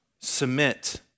Submit